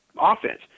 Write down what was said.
offense